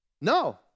No